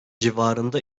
civarında